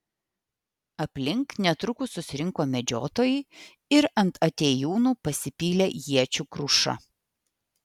aplink netrukus susirinko medžiotojai ir ant atėjūnų pasipylė iečių kruša